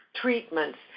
treatments